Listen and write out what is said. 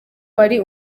wari